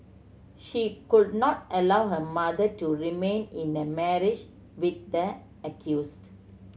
she could not allow her mother to remain in a marriage with the accused